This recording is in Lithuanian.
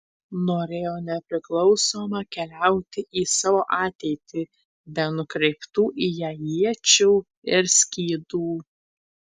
norėjo nepriklausoma keliauti į savo ateitį be nukreiptų į ją iečių ir skydų